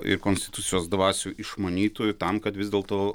ir konstitucijos dvasių išmanytojų tam kad vis dėlto